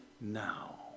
now